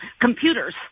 computers